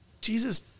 Jesus